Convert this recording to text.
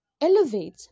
elevate